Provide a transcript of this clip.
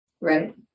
Right